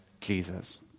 Jesus